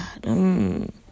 God